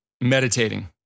meditating